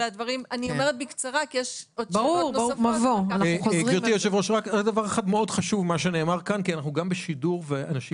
אני חוזר בי, אולי לא הבנתי.